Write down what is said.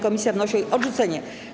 Komisja wnosi o jej odrzucenie.